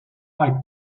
quite